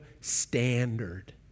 standard